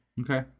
Okay